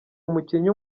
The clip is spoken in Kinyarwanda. umukinnyi